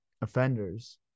offenders